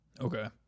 Okay